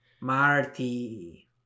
marty